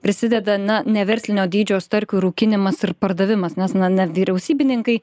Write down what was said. prisideda na neverslinio dydžio starkių rūkinimas ir pardavimas nes nevyriausybininkai